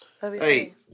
Hey